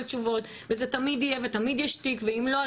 תשובות וזה תמיד יהיה ותמיד יש תיק ואם לא,